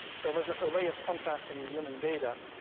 so it was a ah way of contrasting the human data.